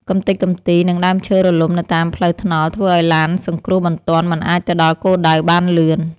កម្ទេចកំទី និងដើមឈើរលំនៅតាមផ្លូវថ្នល់ធ្វើឱ្យឡានសង្គ្រោះបន្ទាន់មិនអាចទៅដល់គោលដៅបានលឿន។